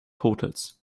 hotels